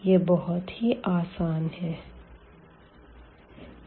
यह बहुत ही आसान है